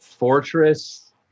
Fortress